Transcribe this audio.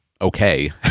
okay